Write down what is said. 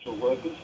workers